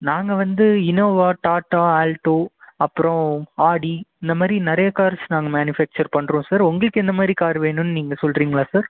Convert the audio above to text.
நாங்கள் வந்து Innova Tata Alto அப்புறோம் ஆடி இந்த மாதிரி நிறைய கார்ஸ் நாங்கள் மேனுஃபேக்சர் பண்ணுறோம் சார் உங்களுக்கு என்ன மாதிரி கார் வேணுன்னு நீங்கள் சொல்லுறீங்களா சார்